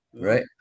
Right